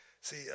See